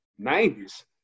90s